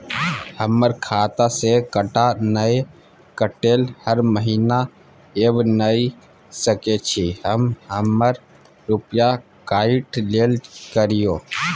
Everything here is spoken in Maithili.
हमर खाता से टका नय कटलै हर महीना ऐब नय सकै छी हम हमर रुपिया काइट लेल करियौ?